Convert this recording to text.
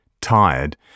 tired